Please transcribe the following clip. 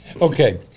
Okay